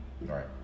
Right